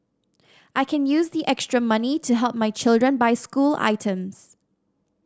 I can use the extra money to help my children buy school items